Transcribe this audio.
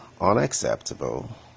unacceptable